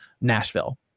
Nashville